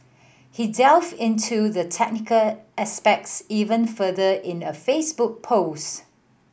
he delved into the technical expects even further in a Facebook post